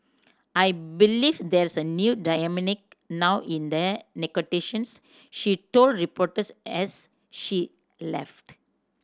I believe there's a new dynamic now in the negotiations she told reporters as she left